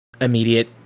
immediate